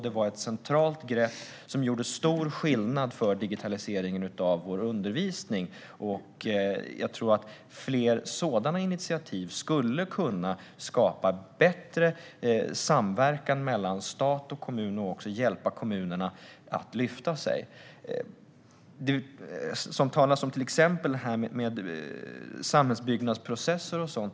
Det var ett centralt grepp som gjorde stor skillnad för digitaliseringen av vår undervisning. Jag tror att fler sådana initiativ skulle kunna skapa bättre samverkan mellan stat och kommun och också hjälpa kommunerna att lyfta sig. Det talas till exempel om samhällsbyggnadsprocesser.